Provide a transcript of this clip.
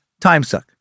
timesuck